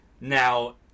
Now